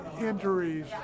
injuries